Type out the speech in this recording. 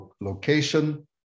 location